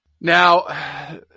Now